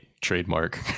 trademark